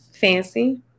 Fancy